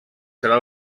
serà